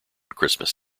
christmas